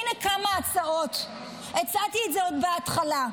הינה כמה הצעות, והצעתי את זה עוד בהתחלה.